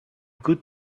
good